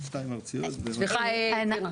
סליחה.